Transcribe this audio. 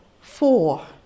four